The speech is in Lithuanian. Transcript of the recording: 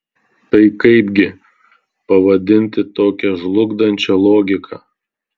tai kaipgi pavadinti tokią žlugdančią logiką